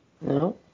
No